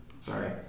Sorry